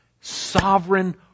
sovereign